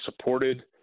supported